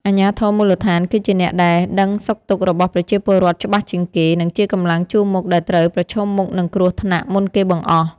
អាជ្ញាធរមូលដ្ឋានគឺជាអ្នកដែលដឹងសុខទុក្ខរបស់ប្រជាពលរដ្ឋច្បាស់ជាងគេ និងជាកម្លាំងជួរមុខដែលត្រូវប្រឈមមុខនឹងគ្រោះថ្នាក់មុនគេបង្អស់។